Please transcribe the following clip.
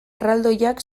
erraldoiak